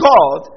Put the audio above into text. God